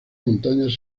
montañas